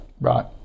Right